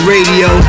Radio